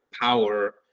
power